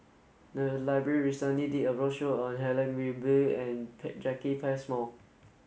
the library recently did a roadshow on Helen Gilbey and Jacki Passmore